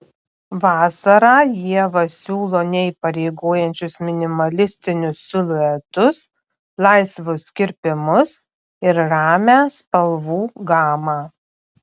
vasarą ieva siūlo neįpareigojančius minimalistinius siluetus laisvus kirpimus ir ramią spalvų gamą